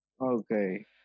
Okay